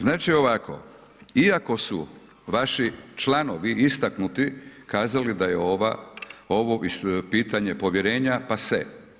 Znači ovako, iako su vaši članovi istaknuti kazali da je ova, ovo pitanje povjerenja pase.